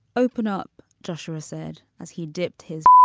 open up. joshua said as he dipped hit.